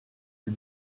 you